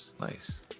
nice